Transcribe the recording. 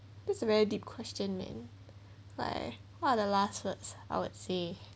that's a very deep question man like what are the last words I would say